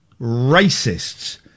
racists